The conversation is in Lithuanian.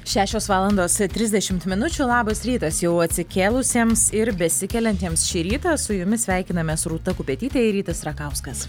šešios valandos trisdešimt minučių labas rytas jau atsikėlusiems ir besikeliantiems šį rytą su jumis sveikinamės rūta kupetytė ir rytis rakauskas